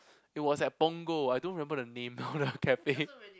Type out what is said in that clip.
it was at Punggol I don't remember the name of the cafe